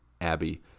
Abby